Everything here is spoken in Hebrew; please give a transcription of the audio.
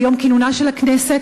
ביום כינונה של הכנסת.